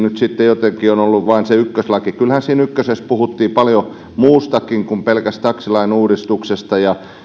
nyt sitten jotenkin ollut vain se viimekesäinen taksilaki mutta kyllähän siinä ykkösessä puhuttiin paljon muustakin kuin pelkästä taksilain uudistuksesta